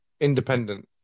independent